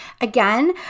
again